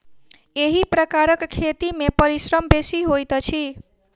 एहि प्रकारक खेती मे परिश्रम बेसी होइत छै